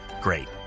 Great